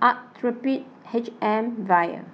Actrapid H M vial